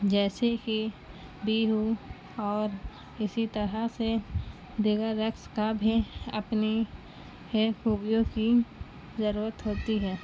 جیسے کہ بیہو اور اسی طرح سے دیگر رقص کا بھی اپنی ہے خوبیوں کی ضرورت ہوتی ہے